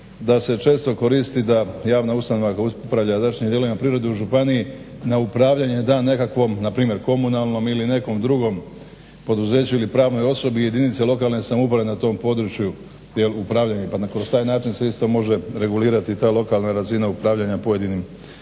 da se često koristi da javna ustanova upravlja … u županiji na upravljanje da nekakvom npr. komunalnom ili nekom drugom poduzeću ili pravnoj osobi jedinice lokalne samouprave na tom područje jel … pa kroz na taj način se isto može regulirati ta lokalna razina upravljanja pojedinim